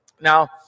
Now